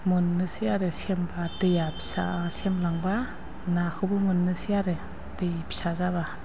मोननोसै आरो सेमबा दैया फिसा सेमलांबा नाखौबो मोननोसै आरो दै फिसा जाबा